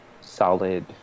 solid